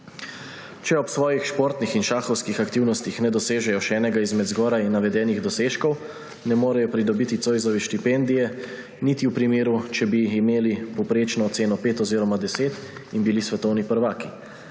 Če ob svojih športnih in šahovskih aktivnostih ne dosežejo še enega izmed zgoraj navedenih dosežkov, ne morejo pridobiti Zoisove štipendije niti če bi imeli povprečno oceno pet oziroma 10 in bili svetovni prvaki.